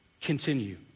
continue